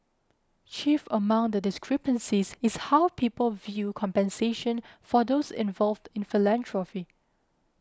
chief among the discrepancies is how people view compensation for those involved in philanthropy